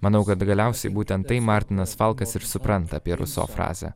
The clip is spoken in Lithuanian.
manau kad galiausiai būtent tai martinas falkas ir supranta apie ruso frazę